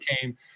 came